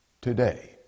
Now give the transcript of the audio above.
today